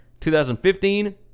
2015